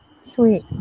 Sweet